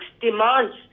demands